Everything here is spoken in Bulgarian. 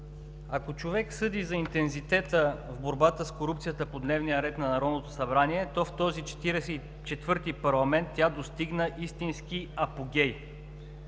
Ако човек съди за интензитета в борбата с корупцията по дневния ред на Народното събрание, то в този Четиридесет и четвърти парламент тя достигна истински апогей.